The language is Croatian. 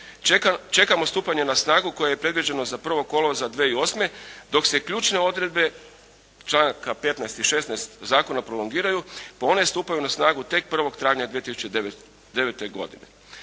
Čekamo stupanje na snagu koje je predviđeno za 1. kolovoza 2008. dok se ključne odredbe članka 15. i 16. zakona prolongiraju one stupaju na snagu tek 1. travnja 2009. godine.